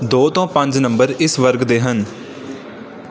ਦੋ ਤੋਂ ਪੰਜ ਨੰਬਰ ਇਸ ਵਰਗ ਦੇ ਹਨ